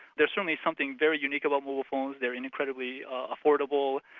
there's certainly something very unique about mobile phones, they're incredibly affordable,